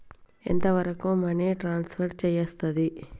ఎంత వరకు money transfer చేయస్తది?